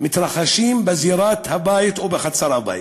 מתרחשים בזירת הבית או בחצר הבית.